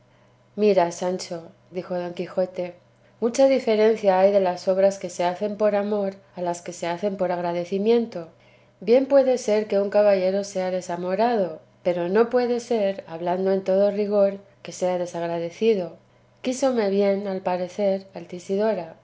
mira sancho dijo don quijote mucha diferencia hay de las obras que se hacen por amor a las que se hacen por agradecimiento bien puede ser que un caballero sea desamorado pero no puede ser hablando en todo rigor que sea desagradecido quísome bien al parecer altisidora diome